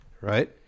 right